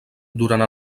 durant